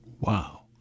Wow